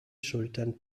schultern